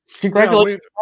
Congratulations